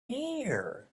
here